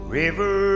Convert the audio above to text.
river